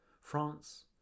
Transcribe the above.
France